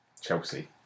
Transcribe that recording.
Chelsea